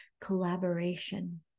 collaboration